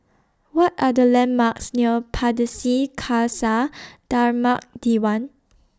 What Are The landmarks near Pardesi Khalsa Dharmak Diwan